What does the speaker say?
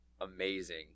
amazing